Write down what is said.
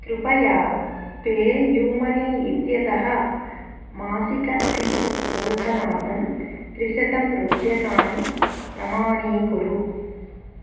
कृपया PayUMoney इत्यतः मासिकं सिप् शोधनार्थं त्रिशतं रूप्यकाणि प्रमाणीकुरु